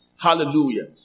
Hallelujah